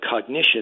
cognition